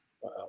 Wow